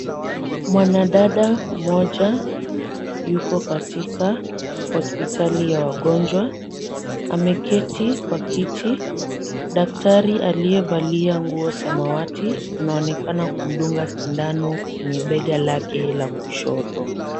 Mwanadada mmoja yuko katika hospitali ya wagonjwa, ameketi kwa kiti, daktari aliyevalia nguo samawati anaonekana kumdunga sindano kwenye bega lake la kushoto.